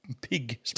pig